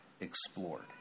explored